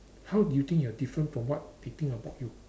how do you think you are different from what they think about you